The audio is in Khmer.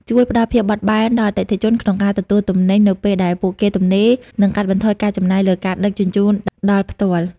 ជួយផ្តល់ភាពបត់បែនដល់អតិថិជនក្នុងការទទួលទំនិញនៅពេលដែលពួកគេទំនេរ និងកាត់បន្ថយការចំណាយលើការដឹកជញ្ជូនដល់ផ្ទាល់។